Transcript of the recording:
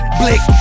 blick